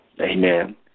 Amen